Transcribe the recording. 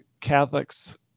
Catholics